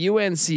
UNC